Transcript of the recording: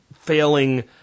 failing